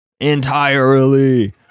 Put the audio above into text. entirely